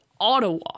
Ottawa